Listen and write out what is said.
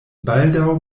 baldaŭ